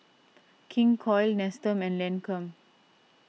King Koil Nestum and Lancome